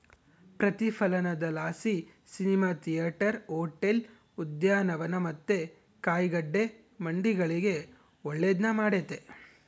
ಪ್ರತಿಫಲನದಲಾಸಿ cinema theatre, hotel, ಉದ್ಯಾನವನ ಮತ್ತೆ ಕಾಯಿಗಡ್ಡೆ ಮಂಡಿಗಳಿಗೆ ಒಳ್ಳೆದ್ನ ಮಾಡೆತೆ